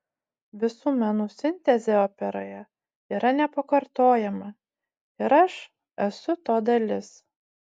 visų menų sintezė operoje yra nepakartojama ir aš esu to dalis